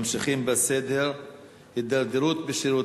ממשיכים בסדר-היום.